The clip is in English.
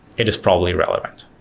it is probably relevant.